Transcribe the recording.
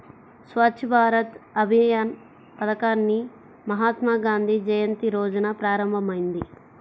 స్వచ్ఛ్ భారత్ అభియాన్ పథకాన్ని మహాత్మాగాంధీ జయంతి రోజున ప్రారంభమైంది